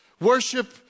Worship